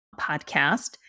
podcast